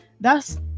thus